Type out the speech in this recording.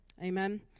Amen